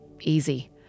easy